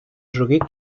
журі